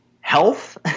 health